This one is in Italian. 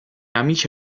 amici